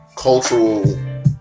cultural